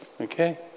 Okay